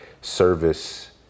service